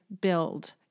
build